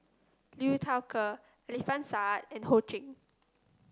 Liu Thai Ker Alfian Sa'at and Ho Ching